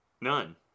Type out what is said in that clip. None